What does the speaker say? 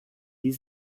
die